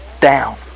down